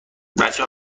بچه